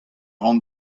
ran